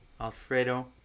Alfredo